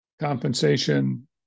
compensation